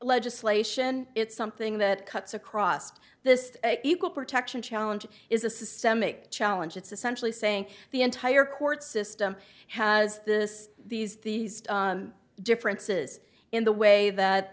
legislation it's something that cuts across this equal protection challenge is a systemic challenge it's essentially saying the entire court system has this these these differences in the way that